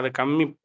kami